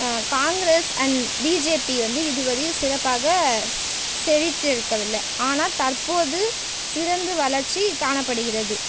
Congress and BJP வந்து இதுவரையும் சிறப்பாக ஸ் செழித்து இருக்கவில்லை ஆனால் தற்போது சிறந்து வளர்ச்சி காணப்படுகிறது